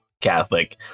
Catholic